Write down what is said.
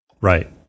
Right